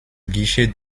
guichet